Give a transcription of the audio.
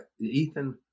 Ethan